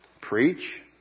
preach